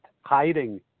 Hiding